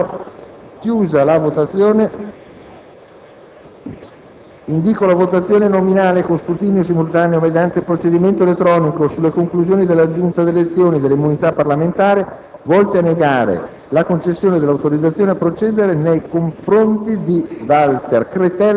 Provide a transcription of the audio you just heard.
PRESIDENTE. Indìco la votazione nominale con scrutinio simultaneo, mediante procedimento elettronico, sulle conclusioni della Giunta delle elezioni e delle immunità parlamentari volte a negare la concessione dell'autorizzazione a procedere nei confronti di Ernesto Marzano. Dichiaro aperta la votazione.